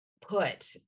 put